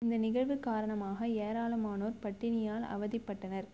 இந்த நிகழ்வு காரணமாக ஏராளமானோர் பட்டினியால் அவதிப்பட்டனர்